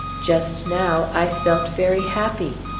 just now, i felt very happy.